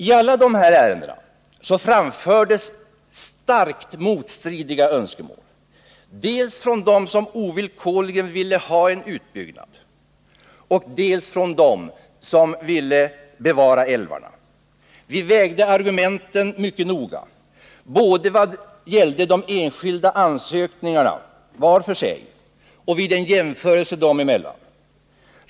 I alla dessa ärenden framfördes starkt motstridiga önskemål, dels från dem som ovillkorligen ville ha en utbyggnad, dels från dem som ville bevara älvarna. Vi vägde de olika argumenten mycket noga både i vad gällde de enskilda ansökningarna var för sig och vid en jämförelse dem emellan.